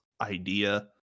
idea